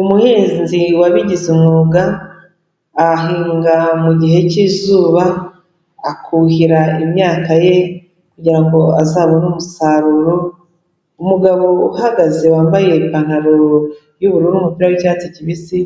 Umuhinzi wabigize umwuga, ahinga mu gihe k'izuba, akuhira imyaka ye kugira ngo azabone umusaruro, umugabo uhagaze wambaye ipantaro y'ubururu n'umupira w'icyatsi kibisi,